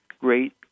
great